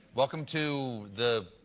welcome to the